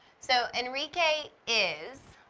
so, enrique is